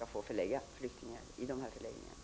att förlägga flyktingar till dessa förläggningar.